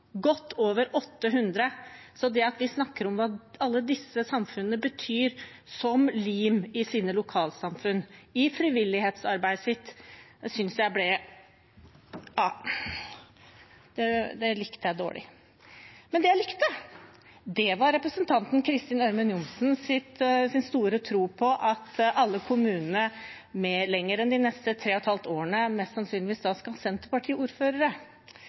godt over 800 – når vi snakker om hva alle disse samfunnene betyr som lim i lokalsamfunnet sitt, i frivillighetsarbeidet sitt. Det likte jeg dårlig. Det jeg likte, var representanten Kristin Ørmen Johnsens store tro på at alle kommunene lenger enn de neste tre og et halvt årene mest sannsynlig skal